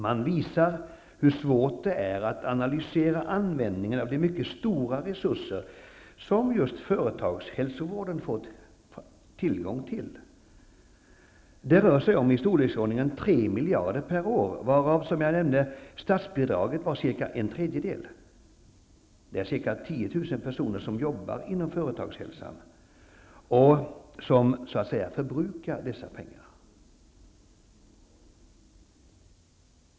Man visar hur svårt det är att analysera användningen av de mycket stora resurser som just företagshälsovården fått tillgång till. Det rör sig om i storleksordningen 3 miljarder per år, varav, som jag nämnde, statsbidraget var ca en tredjedel. Det är ca 10 000 personer som jobbar inom Företagshälsan och som så att säga förbrukar dessa pengar.